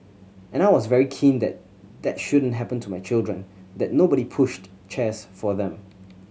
and I was very keen that that shouldn't happen to my children that nobody pushed chairs for them